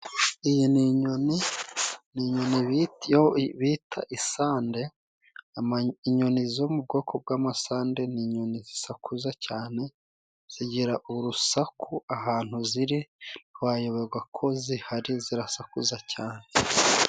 Iyi ni inyoni n'inyoni bita isande inyoni zo mu bwoko bw'amasade, n'inyoni zisakuza cyane zigira urusaku, ahantu ziri ntawayobega ko zihari zirasakuza cyane.